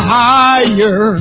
higher